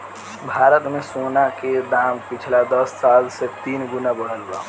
भारत मे सोना के दाम पिछला दस साल मे तीन गुना बढ़ल बा